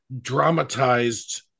dramatized